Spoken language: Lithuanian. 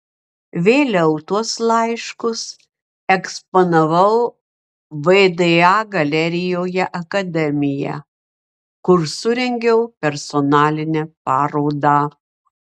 vėliau tuos laiškus eksponavau vda galerijoje akademija kur surengiau personalinę parodą